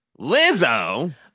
Lizzo